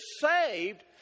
saved